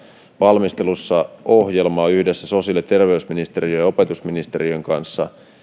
valmistelussa yhdessä sosiaali ja terveysministeriön ja opetusministeriön kanssa ohjelma